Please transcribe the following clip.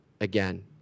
again